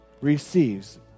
receives